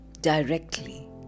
directly